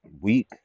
week